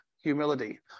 humility